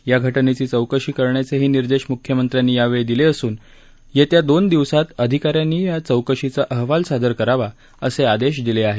या घटनेची चौकशी करण्याचे निर्देशही मुख्यमंत्र्यांनी यावेळी दिले असून येत्या दोन दिवसात अधिका यांनी या चौकशीचा अहवाल सादर करावा असे आदेश दिले आहेत